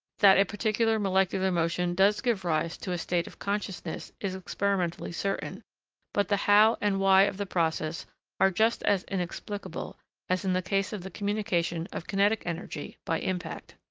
that a particular molecular motion does give rise to a state of consciousness is experimentally certain but the how and why of the process are just as inexplicable as in the case of the communication of kinetic energy by impact.